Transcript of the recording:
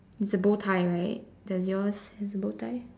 it's a bow tie right does your has a bow tie